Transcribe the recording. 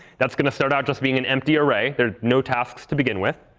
that's going to start out just being an empty array. there are no tasks to begin with.